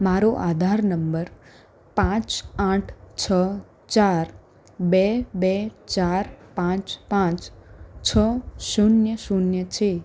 મારો આધાર નંબર પાંચ આઠ છ ચાર બે બે ચાર પાંચ પાંચ છ શૂન્ય શૂન્ય છે